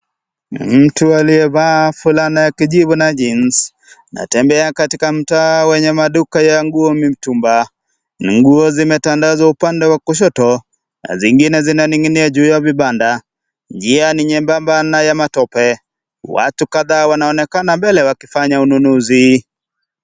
Mtu aliyevaa fulana ya kijivu na jeans anatembea katika mtaa wenye maduka ya nguo mtumba, nguo zimetandazwa upande wa kushoto na zingine zinaninginia juu ya vibanda, njia ni nyembamba na ni ya matope watu kadhaa wanaonekana mbele wakifanya ununuzi.